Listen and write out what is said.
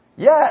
Yes